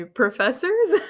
professors